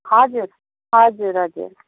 हजुर हजुर हजुर